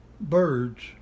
birds